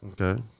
Okay